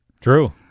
True